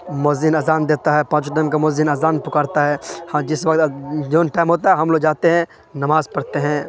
مؤذن اذان دیتا ہے پانچوں ٹائم کا مؤذن اذان پکارتا ہے ہاں جس جون ٹائم ہوتا ہے ہم لوگ جاتے ہیں نماز پڑھتے ہیں